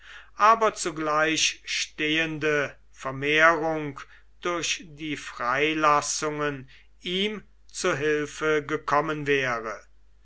aber zugleich stehende vermehrung durch die freilassungen ihm zu hilfe gekommen wäre